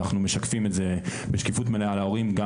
ואנחנו משקפים את זה בשקיפות מלאה להורים גם